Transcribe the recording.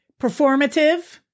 performative